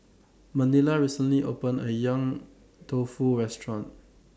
Manilla recently opened A Yong Tau Foo Restaurant